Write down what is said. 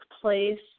place